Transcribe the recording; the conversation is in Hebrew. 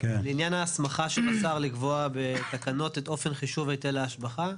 לעניין ההסכמה של השר לקבוע בתקנות את אופן חישוב היטל ההשבחה,